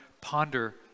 ponder